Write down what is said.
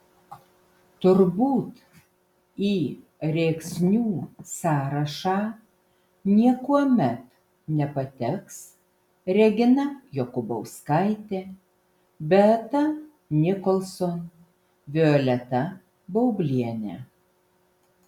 turbūt į rėksnių sąrašą niekuomet nepateks regina jokubauskaitė beata nicholson violeta baublienė